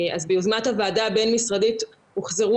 אז ביוזמת הוועדה הבין-משרדית הוחזרו